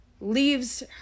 leaves